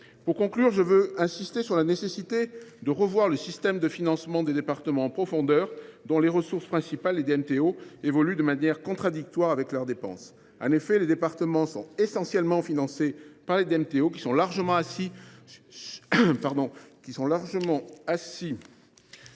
nos concitoyens. Je veux insister sur la nécessité de revoir en profondeur le système de financement des départements, dont les ressources principales, les DMTO, évoluent de manière contradictoire avec leurs dépenses. En effet, les départements sont essentiellement financés par les DMTO dépendant largement de